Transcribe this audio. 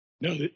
No